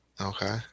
Okay